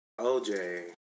OJ